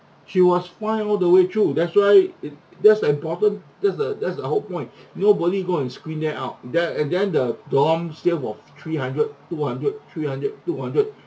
she was fine all the way through that's why it that's the important that's the that's the whole point nobody go and screen that out then and then the dorms still got three hundred two hundred three hundred two hundred